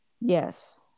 Yes